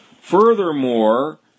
Furthermore